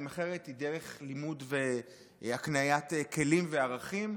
אחרת היא דרך לימוד והקניית כלים וערכים,